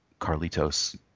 Carlitos